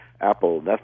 Apple